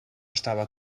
estava